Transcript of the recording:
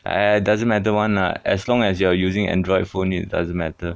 I doesn't matter [one] lah as long as you are using android phone it doesn't matter